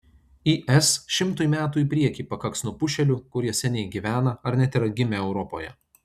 is šimtui metų į priekį pakaks nupušėlių kurie seniai gyvena ar net yra gimę europoje